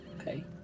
Okay